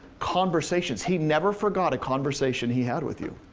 conversations, he never forgot a conversation he had with you.